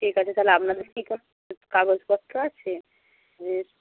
ঠিক আছে তাহলে আপনাদের কি কাগজপত্র আছে